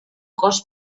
cos